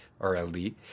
RLD